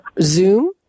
Zoom